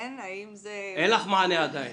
אין לך עדיין מענה.